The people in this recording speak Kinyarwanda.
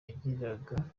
yagiraga